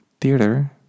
theater